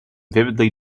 vividly